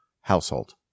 household